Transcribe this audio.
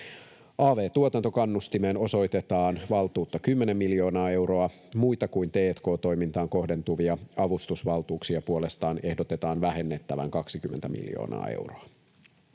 Av-tuotantokannustimeen osoitetaan valtuutta 10 miljoonaa euroa. Muita kuin t&k-toimintaan kohdentuvia avustusvaltuuksia puolestaan ehdotetaan vähennettävän 20 miljoonaa euroa.